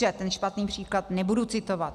Ten špatný příklad nebudu citovat.